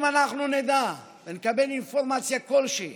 אם אנחנו נדע ונקבל אינפורמציה כלשהי